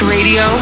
Radio